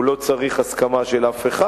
הוא לא צריך הסכמה של אף אחד,